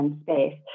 space